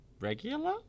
Regular